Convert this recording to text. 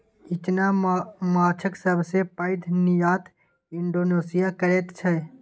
इचना माछक सबसे पैघ निर्यात इंडोनेशिया करैत छै